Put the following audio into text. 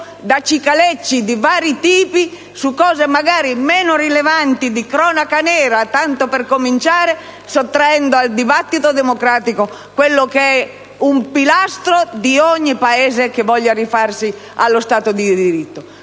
da cicalecci di vari tipi su questioni magari meno rilevanti (di cronaca nera, tanto per cominciare), sottraendo al dibattito democratico quello che rappresenta un pilastro in ogni Paese che voglia rifarsi allo Stato di diritto.